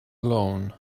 alone